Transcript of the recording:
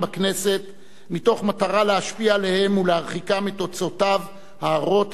במטרה להשפיע עליהם ולהרחיקם מתוצאותיו הרות האסון של העישון.